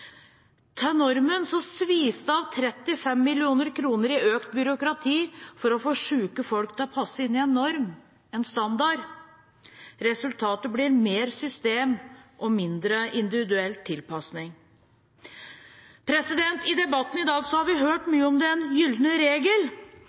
Til normen svis det av 35 mill. kr i økt byråkrati for å få syke folk til å passe inn i en norm – en standard. Resultatet blir mer system og mindre individuell tilpasning. I debatten i dag har vi hørt mye om den gylne regel,